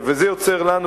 זה יוצר לנו,